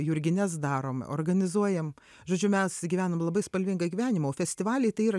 jurgines darom organizuojam žodžiu mes gyvenam labai spalvingą gyvenimą o festivaliai tai yra